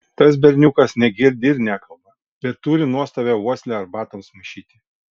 tas berniukas negirdi ir nekalba bet turi nuostabią uoslę arbatoms maišyti